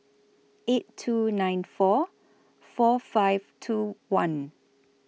eight two nine four four five two one